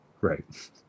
Right